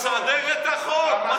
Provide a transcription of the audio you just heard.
סדר את החוק.